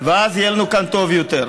ואז יהיה לנו כאן טוב יותר.